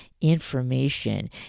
information